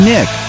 Nick